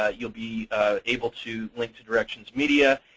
ah you'll be able to link to directions media,